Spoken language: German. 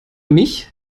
mich